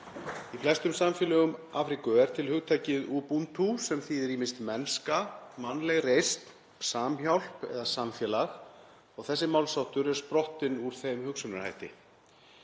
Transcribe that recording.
Í flestum samfélögum Afríku er til hugtakið „ubuntu“ sem þýðir ýmist mennska, mannleg reisn, samhjálp eða samfélag og þessi málsháttur er sprottinn úr þeim hugsunarhætti.